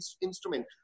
instrument